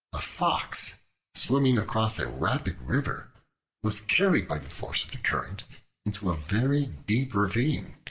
a fox swimming across a rapid river was carried by the force of the current into a very deep ravine,